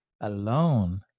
alone